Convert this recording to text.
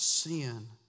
Sin